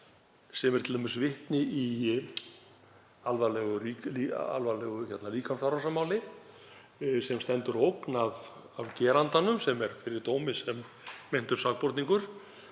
sem er t.d. vitni í alvarlegu líkamsárásarmáli og stendur ógn af gerandanum sem er fyrir dómi sem meintur sakborningur.